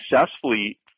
successfully